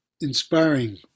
inspiring